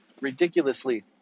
ridiculously